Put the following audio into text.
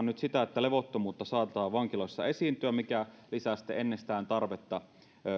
nyt ennustetaan että levottomuutta saattaa vankiloissa esiintyä mikä lisää sitten ennestään tarvetta